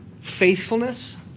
faithfulness